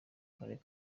karere